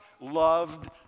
loved